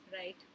right